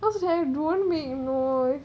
what did I don't make noise